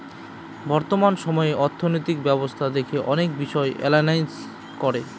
বর্তমান সময়ে অর্থনৈতিক ব্যবস্থা দেখে অনেক বিষয় এনালাইজ করে